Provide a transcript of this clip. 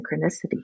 synchronicity